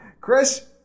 Chris